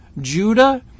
Judah